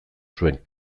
zuen